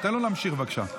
תן לו להמשיך, בבקשה.